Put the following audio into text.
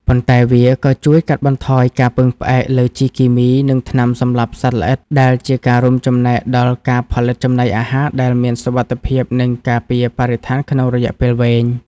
ប៉ុន្តែវាក៏ជួយកាត់បន្ថយការពឹងផ្អែកលើជីគីមី និងថ្នាំសម្លាប់សត្វល្អិត ដែលជាការរួមចំណែកដល់ការផលិតចំណីអាហារដែលមានសុវត្ថិភាព និងការពារបរិស្ថានក្នុងរយៈពេលវែង។